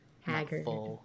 haggard